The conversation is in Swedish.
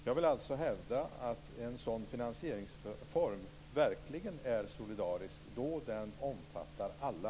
Jag vill alltså hävda att en sådan finansieringsform verkligen är solidarisk då den omfattar alla.